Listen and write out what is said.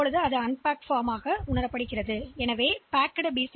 எனவே இது பேக் செய்யப்பட்ட பி